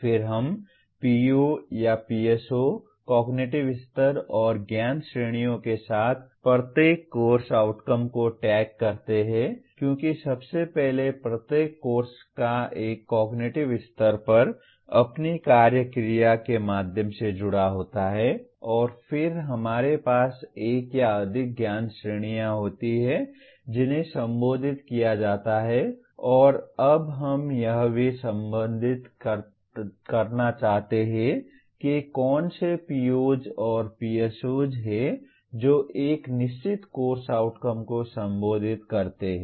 फिर हम PO या PSO कॉग्निटिव स्तर और ज्ञान श्रेणियों के साथ प्रत्येक कोर्स आउटकम को टैग करते हैं क्योंकि सबसे पहले प्रत्येक कोर्स एक कॉग्निटिव स्तर पर अपनी कार्य क्रिया के माध्यम से जुड़ा होता है और फिर हमारे पास एक या अधिक ज्ञान श्रेणियां होती हैं जिन्हें संबोधित किया जाता है और अब हम यह भी सम्बंधित करना चाहते हैं कि कौन से POs और PSOs हैं जो एक निश्चित कोर्स आउटकम को संबोधित करते हैं